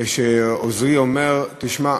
כשעוזרי אומר: תשמע,